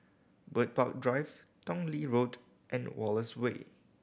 Bird Park Drive Tong Lee Road and Wallace Way